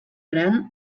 gran